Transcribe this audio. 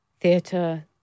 theatre